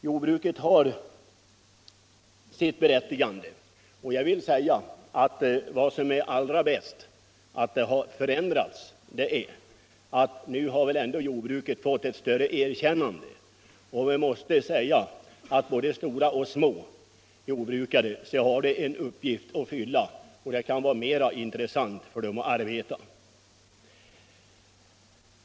Jordbruket har sitt berättigande, och jag finner allra mest glädjande att inställningen till jordbruket nu har förändrats och jordbruket fått ett större erkännande. Både stora och små jordbrukare måste veta att de har en meningsfull uppgift att fylla, och det blir då mera intressant för dem att arbeta.